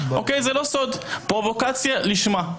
פרובוקציה לשמה.